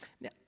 Now